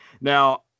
Now